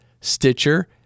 Stitcher